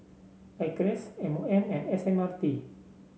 Acres M O M and S M R T